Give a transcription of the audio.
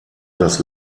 das